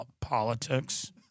politics